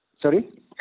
sorry